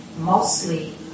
mostly